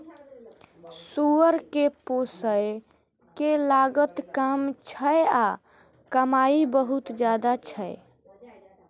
सुअर कें पोसय के लागत कम छै आ कमाइ बहुत ज्यादा छै